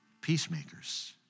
peacemakers